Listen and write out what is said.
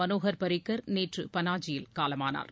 மனோகர் பாரிக்கர் நேற்று பனாஜியில் காலமானார்